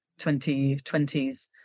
2020s